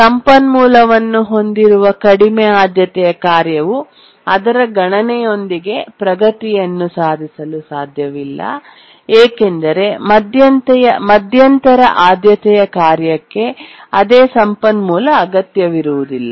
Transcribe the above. ಸಂಪನ್ಮೂಲವನ್ನು ಹೊಂದಿರುವ ಕಡಿಮೆ ಆದ್ಯತೆಯ ಕಾರ್ಯವು ಅದರ ಗಣನೆಯೊಂದಿಗೆ ಪ್ರಗತಿಯನ್ನು ಸಾಧಿಸಲು ಸಾಧ್ಯವಿಲ್ಲ ಏಕೆಂದರೆ ಮಧ್ಯಂತರ ಆದ್ಯತೆಯ ಕಾರ್ಯಕ್ಕೆ ಅದೇ ಸಂಪನ್ಮೂಲ ಅಗತ್ಯವಿಲ್ಲ